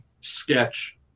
sketch